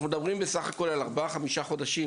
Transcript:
אנחנו מדברים בסך הכול על ארבעה או חמישה חודשים